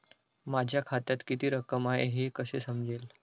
माझ्या खात्यात किती रक्कम आहे हे कसे समजेल?